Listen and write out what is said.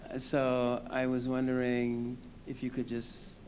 and so i was wondering if you could just,